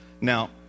Now